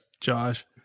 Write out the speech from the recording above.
Josh